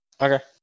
Okay